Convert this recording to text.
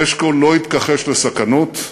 אשכול לא התכחש לסכנות.